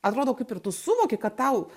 atrodo kaip ir tu suvoki kad tau